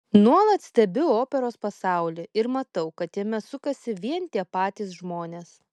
nuolat stebiu operos pasaulį ir matau kad jame sukasi vien tie patys žmonės